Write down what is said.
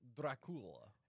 Dracula